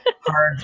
Hard